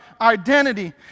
identity